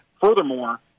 Furthermore